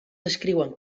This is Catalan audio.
descriuen